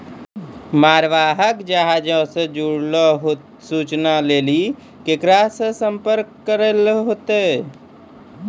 मालवाहक जहाजो से जुड़लो सूचना लेली केकरा से संपर्क करै होतै?